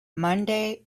monday